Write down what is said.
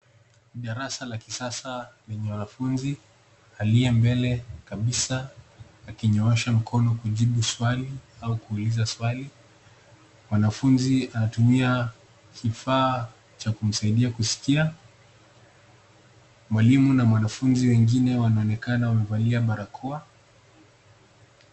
Darasa la kisasa lenye wanafunzi. Aliye mbele kabisa akinyoosha mkono kujibu swali au kuuliza swali. Mwanafunzi anatumia kifaa cha kumsaidia kuskia. Mwalimu na wanafunzi wengine wanaonekana wamevalia barakoa.